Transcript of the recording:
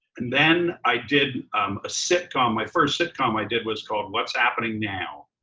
and then i did a sitcom. my first sitcom i did was called what's happening now,